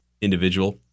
individual